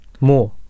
More